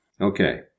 Okay